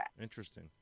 Interesting